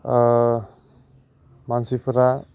मानसिफोरा